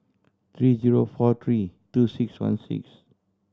three zero four three two six one six